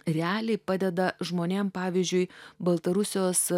realiai padeda žmonėm pavyzdžiui baltarusijos